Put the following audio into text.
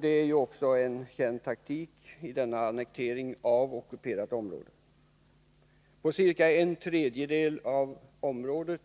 Det är också en känd taktik i denna annektering av okuperat område. På ca en tredjedel av området